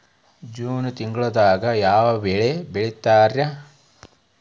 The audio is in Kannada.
ಜೂನ್ ತಿಂಗಳದಾಗ ಯಾವ ಬೆಳಿ ಬಿತ್ತತಾರ?